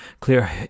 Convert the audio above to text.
clear